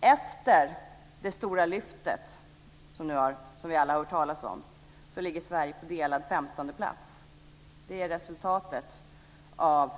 Efter det stora lyftet, som vi alla har hört talas om, ligger Sverige på delad 15:e plats. Det är resultatet av